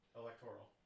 electoral